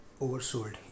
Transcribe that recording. oversold